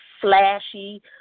flashy